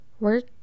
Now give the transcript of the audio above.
Work